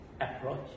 approach